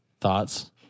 Thoughts